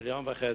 1.5 מיליון איש.